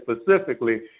specifically